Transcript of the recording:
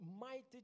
mighty